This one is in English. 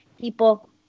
people